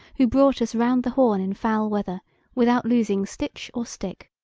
who brought us round the horn in foul weather without losing stitch or stick.